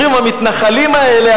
אומרים: המתנחלים האלה,